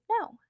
no